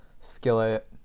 Skillet